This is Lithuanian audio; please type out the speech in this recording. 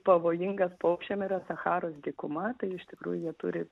pavojingas paukščiam yra sacharos dykuma tai iš tikrųjų jie turi